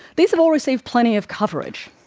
these have all received plenty of coverage,